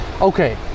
Okay